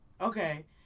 Okay